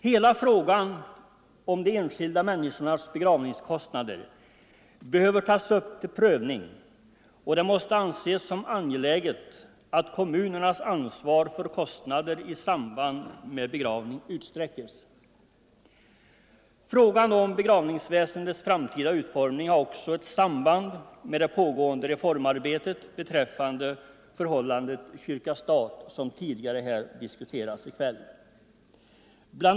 Hela frågan om de enskilda människornas begravningskostnader behöver tas upp till prövning, och det måste anses angeläget att kommunernas ansvar för kostnader i samband med begravning utsträckes. Frågan om begravningsväsendets framtida utformning har också ett samband med det pågående reformarbetet beträffande förhållandet kyrka-stat, som tidigare diskuterats här i kväll. Bl.